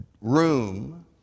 room